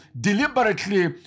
deliberately